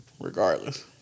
Regardless